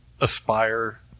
Aspire